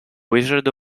wizard